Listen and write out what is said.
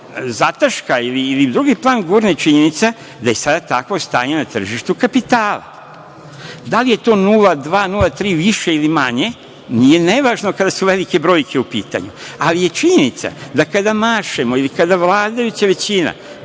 zataška ili u drugi plan gurne činjenica da je sad takvo stanje na tržištu kapitala. Da li je to nula, 0,2, 0,3 više ili manje nije nevažno kada su velike brojke u pitanju, ali je činjenica da kada mašemo ili kada vladajuća većina